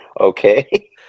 okay